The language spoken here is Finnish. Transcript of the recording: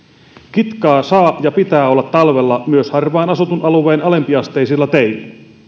kitkaa saa ja pitää olla talvella myös harvaan asutun alueen alempiasteisilla teillä